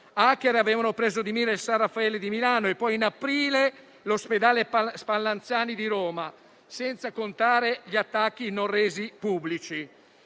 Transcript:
*hacker* avevano preso di mira il "San Raffaele" di Milano e poi, in aprile, l'ospedale "Spallanzani" di Roma, senza contare gli attacchi non resi pubblici.